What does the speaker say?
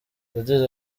yagize